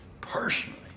personally